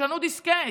תשנו דיסקט,